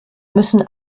müssen